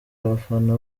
abafana